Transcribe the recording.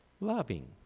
loving